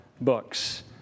Books